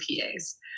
PAs